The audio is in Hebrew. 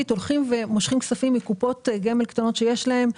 הולכים ומושכים כספים מקופות גמל קטנות שיש להם,